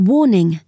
Warning